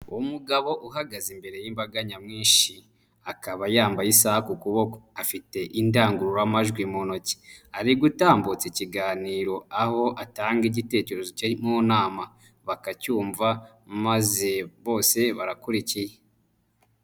Umugabo uhagaze imbere y'imbaga nyamwinshi akaba yambaye isaha ku kuboko afite indangururamajwi mu ntoki, ari gutambutsa ikiganiro aho atanga igitekerezo ke mu nama bakacyumva maze bose barakurikiye.